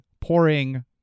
pouring